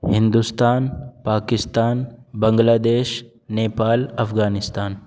Hindustan Pakistan Bangladesh Nepal Afghanistan